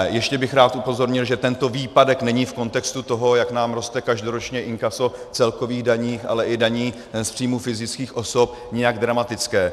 Ještě bych rád upozornil, že tento výpadek není v kontextu toho, jak nám roste každoročně inkaso celkových daní, ale i daní z příjmů fyzických osob, nijak dramatické.